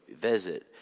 visit